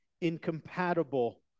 incompatible